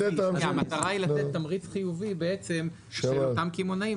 המטרה היא לתת תמריץ חיובי של אותם קמעונאים,